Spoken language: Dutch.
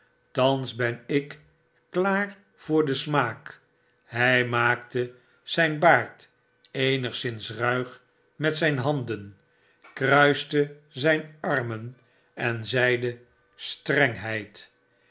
weg tnansben ik klaar voor den smaak hi maakte zjn baard eenigszins ruig met zjjn handen kruiste zfln armen en zeide strengheid